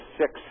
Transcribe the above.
six